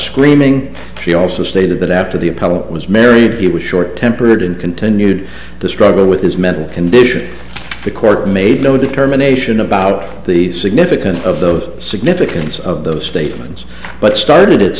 screaming she also stated that after the appellant was married he was short tempered and continued to struggle with his mental condition the court made no determination about the significance of the significance of those statements but started it